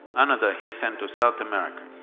another he sent to south america,